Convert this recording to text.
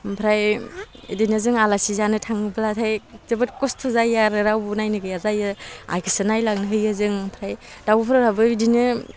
ओमफ्राय बिदिनो जों आलासि जानो थांब्लाथाय जोबोद खस्थ' जायो आरो रावबो नायनो गैया जायो आइखौसो नायलांनो होयो जों ओमफ्राय दाउफोराबो बिदिनो